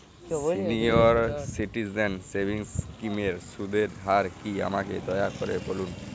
senior citizen savings স্কিমের সুদের হার কী আমাকে দয়া করে বলুন